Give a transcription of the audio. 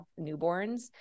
newborns